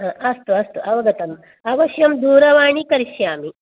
अस्तु अस्तु अवगतम् अवश्यं दूरवाणी करिष्यामि